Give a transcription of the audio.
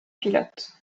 pilotes